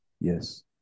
Yes